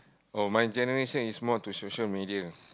oh my generation is more to social media